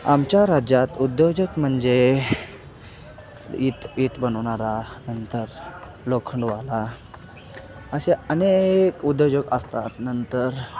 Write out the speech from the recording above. आमच्या राज्यात उद्योजक म्हणजे वीट वीट बनवणारा नंतर लोखंडवाला असे अनेक उद्योजक असतात नंतर